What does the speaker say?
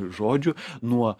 žodžių nuo